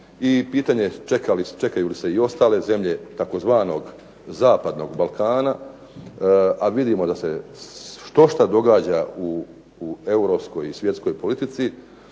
i pitanje čekaju li se i ostale zemlje tzv. Zapadnog Balkana, a vidimo da se štošta događa u europskoj i svjetskoj politici.